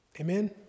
Amen